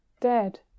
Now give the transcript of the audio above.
dead